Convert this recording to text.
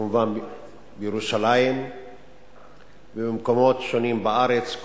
וכמובן בירושלים ובמקומות שונים בארץ,